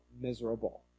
miserable